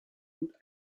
und